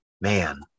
Man